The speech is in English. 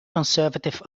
conservative